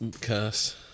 curse